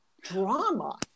drama